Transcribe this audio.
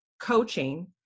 coaching